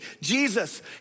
Jesus